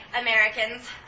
Americans